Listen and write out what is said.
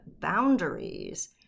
boundaries